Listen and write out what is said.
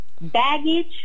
baggage